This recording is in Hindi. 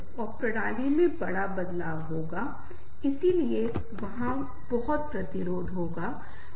तो यह वास्तव में ईश्वर का वरदान है कि यदि हमारे संचार के बारे में हमारे बोलने के बारे में इसका अर्थ दिया जाए